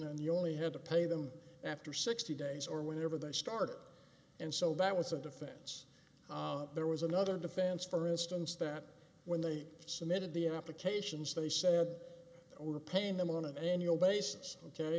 and you only had to pay them after sixty days or whenever they start and so that was a defense there was another defense for instance that when they submitted the applications they said they were paying them on an annual basis ok